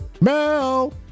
Mel